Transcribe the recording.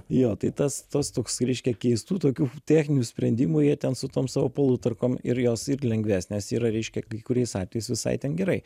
jo tai tas tas toks reiškia keistų tokių techninių sprendimų jie ten su tom savo palutarkom ir jos ir lengvesnės yra reiškia kai kuriais atvejais visai ten gerai